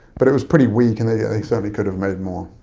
but it was pretty weak and they certainly could have made more.